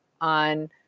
on